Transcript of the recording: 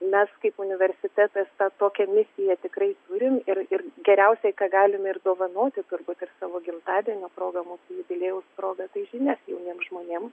mes kaip universitetas tokią misiją tikrai turim ir ir geriausiai ką galim ir dovanoti turbūt ir savo gimtadienio proga mūsų jubiliejaus proga tai žinias jauniems žmonėm